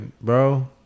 bro